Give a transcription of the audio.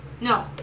No